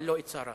אבל לא את שרה.